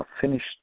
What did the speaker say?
finished